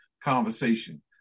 conversation